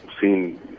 seen